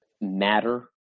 matter